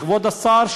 כבוד השר,